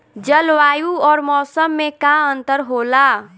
जलवायु और मौसम में का अंतर होला?